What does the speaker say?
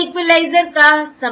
यह इक्वलाइज़र का समाधान है